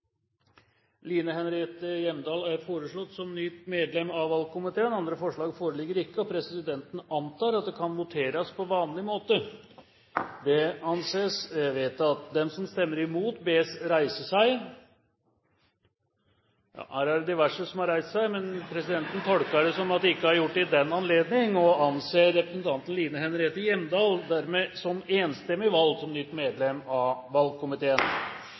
Line Henriette Hjemdal. Line Henriette Hjemdal er foreslått som nytt medlem av valgkomiteen. Andre forslag foreligger ikke, og presidenten antar at det kan voteres på vanlig måte. – Det anses vedtatt. De som stemmer imot, bes reise seg. – Ingen har reist seg, og Line Henriette Hjemdal er dermed enstemmig valgt som